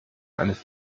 eines